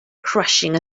crushing